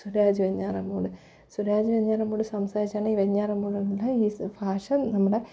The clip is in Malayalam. സുരാജ് വെഞ്ഞാറമ്മൂട് സുരാജ് വെഞ്ഞാറമ്മൂട് സംസാരിച്ചാണ് ഈ വെഞ്ഞാറമ്മൂടൊള്ള ഈ സ് ഭാഷ നമ്മുടെ